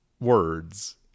words